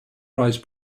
rise